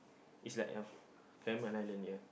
is like uh Cameron-Highland yeah